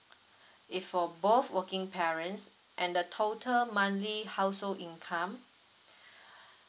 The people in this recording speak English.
if for both working parents and the total monthly household income